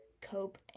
cope